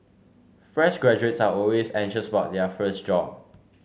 fresh graduates are always anxious about their first job